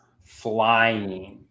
flying